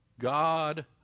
God